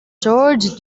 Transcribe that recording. george